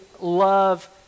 love